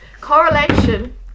correlation